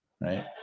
right